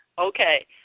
Okay